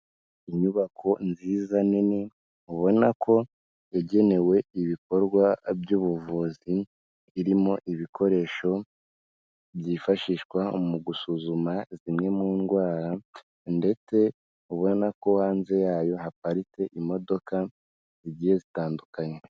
Inyubako nziza nini, ubona ko yagenewe ibikorwa by'ubuvuzi, irimo ibikoresho byifashishwa mu gusuzuma zimwe mu ndwara ndetse ubona ko hanze yayo haparitse imodoka zigiye zitandukanye.